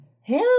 hell